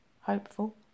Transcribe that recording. hopeful